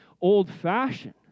old-fashioned